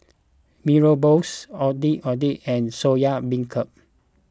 Mee Rebus Ondeh Ondeh and Soya Beancurd